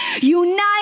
unite